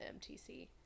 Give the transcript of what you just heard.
MTC